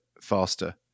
faster